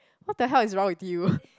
!what-the-hell! is wrong with you